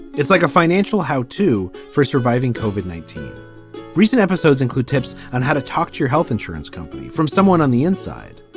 it's like a financial how to for surviving cauvin nineteen recent episodes include tips on how to talk to your health insurance company from someone on the inside.